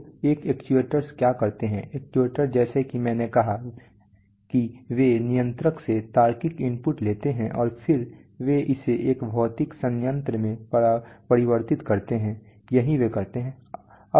तो एक्चुएटर्स क्या करते हैं एक्चुएटर्स जैसा कि मैंने कहा कि वे नियंत्रक से तार्किक इनपुट लेते हैं और फिर वे इसे एक भौतिक संयंत्र में परिवर्तित करते हैं यही वे करते हैं